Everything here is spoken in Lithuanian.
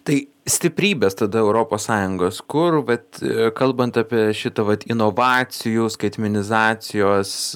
tai stiprybės tada europos sąjungos kur vat kalbant apie šitą vat inovacijų skaitmenizacijos